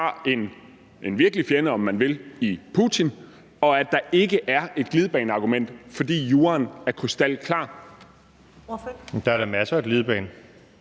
en virkelig fjende, om man vil, i Putin, og at der ikke er et glidebaneargument, fordi juraen er krystalklar? Kl. 16:39 Første